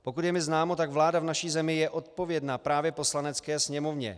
Pokud je mi známo, vláda v naší zemi je odpovědná právě Poslanecké sněmovně.